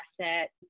asset